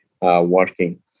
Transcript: Working